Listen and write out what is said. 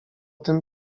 tym